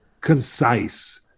concise